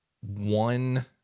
one